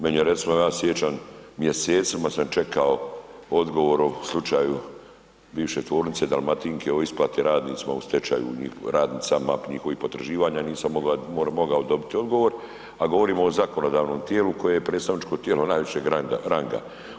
Meni je recimo danas sjećam, mjesecima sam čekao odgovor o slučaju bivše tvornice Dalmatike o isplate radnicama u stečaju radnicama njihovih potraživanja nisam mogao dobiti odgovor, a govorimo o zakonodavnom tijelu koje je predstavničko tijelo najvišeg ranga.